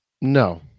No